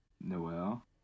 Noel